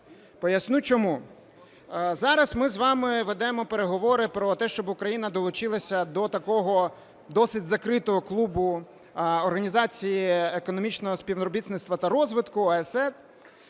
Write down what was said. Поясню, чому. Зараз ми з вами ведемо переговори про те, щоб Україна долучилася до такого досить закритого клубу Організації економічного співробітництва та розвитку